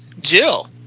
Jill